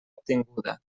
obtinguda